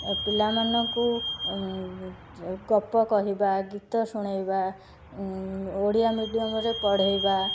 ପିଲାମାନଙ୍କୁ ଗପ କହିବା ଗୀତ ଶୁଣେଇବା ଓଡ଼ିଆ ମିଡ଼ିୟମରେ ପଢ଼େଇବା